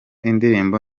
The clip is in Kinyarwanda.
indirimbo